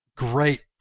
Great